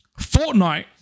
fortnite